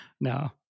No